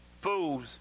fools